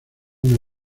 una